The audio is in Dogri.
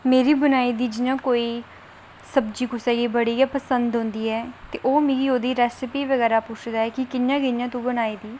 मेरी बनाई दी जि'यां कोई सब्जी कुसै गी बड़ी गै पसंद औंदी ऐ ओह् मिगी ओहदी रेसिपी बगैरा पुछदा ऐ कि'यां कि'यां तूं बनाई दी